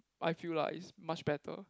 I feel lah it's much better